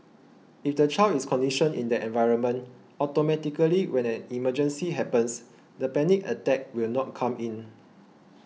if the child is conditioned in that environment automatically when an emergency happens the panic attack will not come in